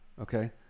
Okay